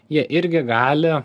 jie irgi gali